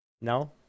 No